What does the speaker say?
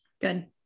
good